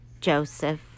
Joseph